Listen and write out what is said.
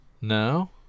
No